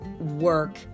work